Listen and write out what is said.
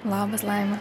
labas laima